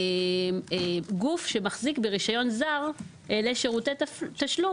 לגוף שמחזיק ברישיון זר לשירותי תשלום.